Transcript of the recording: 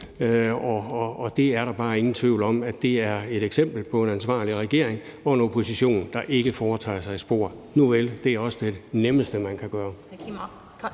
Og der er bare ingen tvivl om, at det er et eksempel på en ansvarlig regering og en opposition, der ikke foretager sig spor. Nuvel, det er også det nemmeste, man kan gøre.